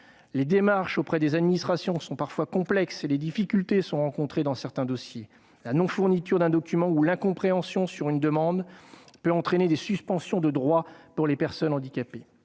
Les démarches auprès des administrations sont parfois complexes et des difficultés existent pour certains dossiers. La non-fourniture d'un document ou l'incompréhension sur une demande peut entraîner des suspensions de droits pour les personnes handicapées.